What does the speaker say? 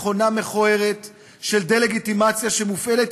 מכונה מכוערת של דה-לגיטימציה שמופעלת